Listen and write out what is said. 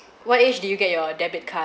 what age did you get your debit card